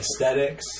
Aesthetics